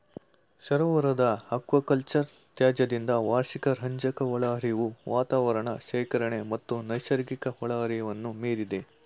ಸರೋವರದ ಅಕ್ವಾಕಲ್ಚರ್ ತ್ಯಾಜ್ಯದಿಂದ ವಾರ್ಷಿಕ ರಂಜಕ ಒಳಹರಿವು ವಾತಾವರಣ ಶೇಖರಣೆ ಮತ್ತು ನೈಸರ್ಗಿಕ ಒಳಹರಿವನ್ನು ಮೀರಿದೆ